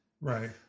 Right